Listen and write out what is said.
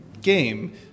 game